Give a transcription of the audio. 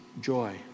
joy